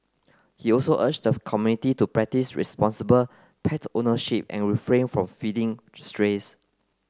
he also urged the community to practise responsible pet ownership and refrain from feeding strays